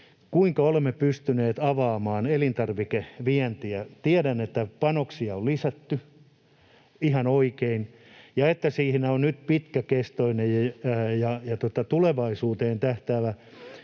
kuinka olemme pystyneet avaamaan elintarvikevientiä? Tiedän, että panoksia on lisätty, ihan oikein, ja että siinä on nyt pitkäkestoinen ja tulevaisuuteen tähtäävä